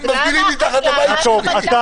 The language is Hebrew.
הם מפגינים מתחת לבית שלי.